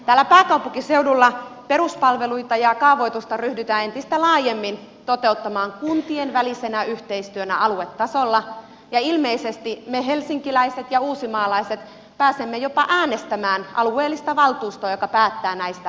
täällä pääkaupunkiseudulla peruspalveluita ja kaavoitusta ryhdytään entistä laajemmin toteuttamaan kuntien välisenä yhteistyönä aluetasolla ja ilmeisesti me helsinkiläiset ja uusimaalaiset pääsemme jopa äänestämään alueellista valtuustoa joka päättää näistä tärkeistä asioista